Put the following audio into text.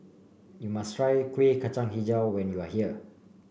you must try Kuih Kacang hijau when you are here